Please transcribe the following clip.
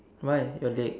why your leg